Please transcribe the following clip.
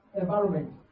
environment